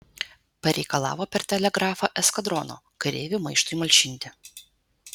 pareikalavo per telegrafą eskadrono kareivių maištui malšinti